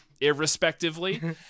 irrespectively